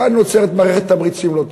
כאן נוצרת מערכת תמריצים לא טובה.